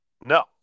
No